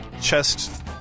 chest